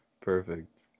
Perfect